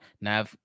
Now